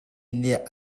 nih